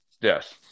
yes